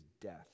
death